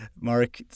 Mark